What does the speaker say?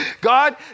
God